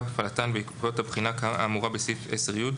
הפעלתן בעקבות הבחינה האמורה בסעיף 10י,